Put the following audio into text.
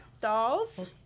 dolls